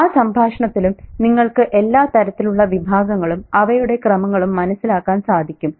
ആ സംഭാഷണത്തിലും നിങ്ങൾക്ക് എല്ലാ തരത്തിലുള്ള വിഭാഗങ്ങളും അവയുടെ ക്രമങ്ങളും മനസ്സിലാക്കാൻ സാധിക്കും